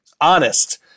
honest